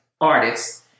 artists